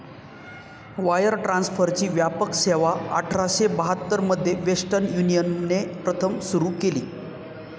wire ट्रान्सफरची व्यापक सेवाआठराशे बहात्तर मध्ये वेस्टर्न युनियनने प्रथम सुरू केली